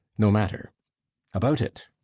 no matter about it.